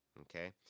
Okay